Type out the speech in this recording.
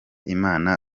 imana